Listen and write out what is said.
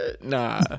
Nah